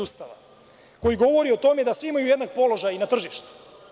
Ustava koji govori o tome da svi imaju jednak položaj i na tržištu.